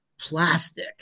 plastic